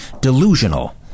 delusional